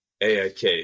AIK